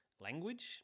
language